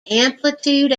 amplitude